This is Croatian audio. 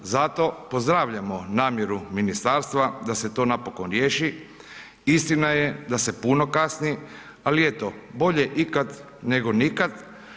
Zato pozdravljamo namjeru ministarstva da se to napokon riješi, istina je da se puno kasni, ali eto bolje ikad nego nikad.